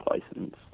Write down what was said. License